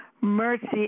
mercy